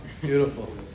beautiful